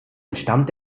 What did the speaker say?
entstammt